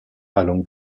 along